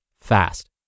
fast